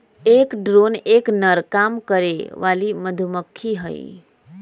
एक ड्रोन एक नर काम करे वाली मधुमक्खी हई